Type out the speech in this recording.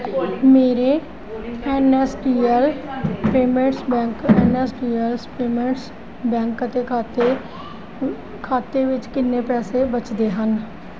ਮੇਰੇ N S D L payments bank N S D L payments bank ਦੇ ਖਾਤੇ ਖਾਤੇ ਵਿੱਚ ਕਿੰਨੇ ਪੈਸੇ ਬੱਚਦੇ ਹਨ